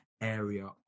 area